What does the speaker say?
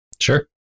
Sure